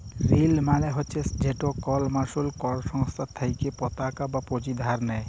ঋল মালে হছে যেট কল মালুস কল সংস্থার থ্যাইকে পতাকা বা পুঁজি ধার লেই